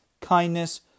kindness